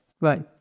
Right